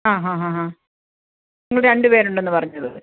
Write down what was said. ആ ഹാ ഹാ ഹാ നിങ്ങൾ രണ്ട് പെരുണ്ടെന്ന് പറഞ്ഞത്